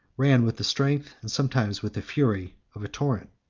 ran with the strength, and sometimes with the fury, of a torrent.